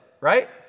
right